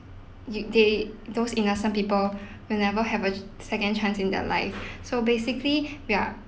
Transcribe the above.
you they those innocent people will never have a second chance in their life so basically we are